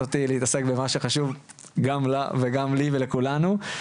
אותי להתעסק במה שחשוב גם לה וגם לי ולכולנו,